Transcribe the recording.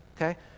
okay